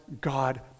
God